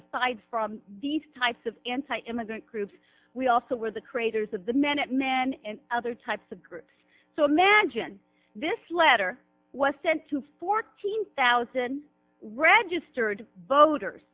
aside from these types of incite immigrant groups we also were the creators of the minutemen and other types of groups so imagine this letter was sent to fourteen thousand registered voters